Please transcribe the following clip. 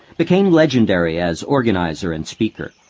became legendary as organizer and speaker.